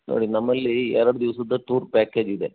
ನೋಡಿ ನಮ್ಮಲ್ಲಿ ಎರಡು ದಿವಸದ ಟೂರ್ ಪ್ಯಾಕೇಜ್ ಇದೆ